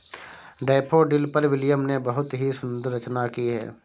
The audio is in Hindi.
डैफ़ोडिल पर विलियम ने बहुत ही सुंदर रचना की है